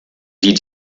die